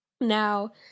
Now